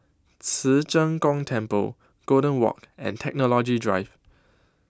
Ci Zheng Gong Temple Golden Walk and Technology Drive